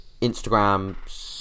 Instagram